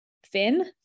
FIN